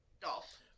Dolph